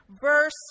verse